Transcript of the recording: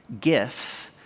gifts